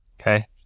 Okay